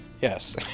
Yes